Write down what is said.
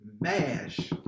Mash